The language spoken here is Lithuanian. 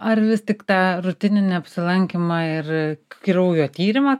ar vis tik tą rutininį apsilankymą ir kraujo tyrimą